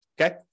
Okay